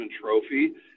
trophy